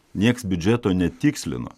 nieks biudžeto netikslino